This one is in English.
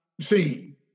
seen